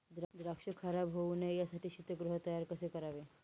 द्राक्ष खराब होऊ नये यासाठी शीतगृह तयार कसे करावे?